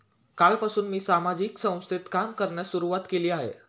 कालपासून मी सामाजिक संस्थेत काम करण्यास सुरुवात केली आहे